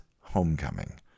homecoming